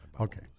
Okay